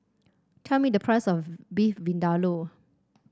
tell me the price of Beef Vindaloo